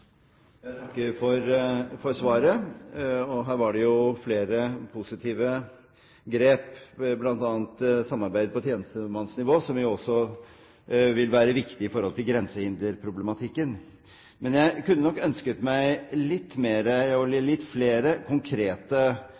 Jeg takker for svaret. Her var det jo flere positive grep, bl.a. samarbeid på tjenestemannsnivå, som også vil være viktig i forhold til grensehinderproblematikken. Men jeg kunne nok ønsket meg litt flere konkrete forslag. Jeg tror man bør gjøre en gjennomgang i statsapparatet for å